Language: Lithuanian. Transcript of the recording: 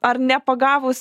ar nepagavus